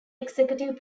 executive